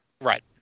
Right